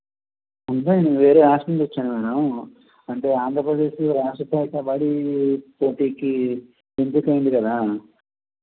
అంటే నేను వేరే రాష్ట్రం నుంచి వచ్చాను మేడం అంటే ఆంధ్రప్రదేశ్ రాష్ట్ర కబడ్డీ పోటీకి ఎంపిక అయ్యింది కదా